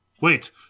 Wait